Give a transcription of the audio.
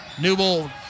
Newbold